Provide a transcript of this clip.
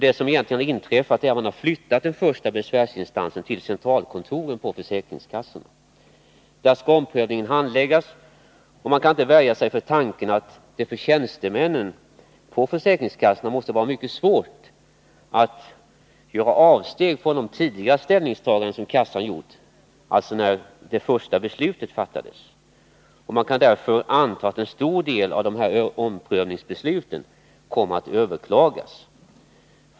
Det som egentligen har inträffat är att man har flyttat den första besvärsinstansen till centralkontoren på försäkringskassorna. Där skall omprövningen handläggas, och man kan inte värja sig för tanken att det för tjänstemännen på försäkringskassorna måste vara mycket svårt att göra avsteg från de tidigare ställningstaganden som kassan har gjort, således när första beslutet fattades. Man kan därför anta att en stor del av dessa omprövningsbeslut kommer att överklagas.